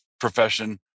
profession